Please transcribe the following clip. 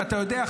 ואתה יודע,